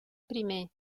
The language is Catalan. primer